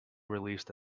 released